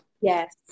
Yes